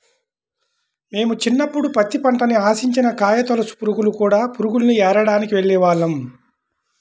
మేము చిన్నప్పుడు పత్తి పంటని ఆశించిన కాయతొలచు పురుగులు, కూడ పురుగుల్ని ఏరడానికి వెళ్ళేవాళ్ళం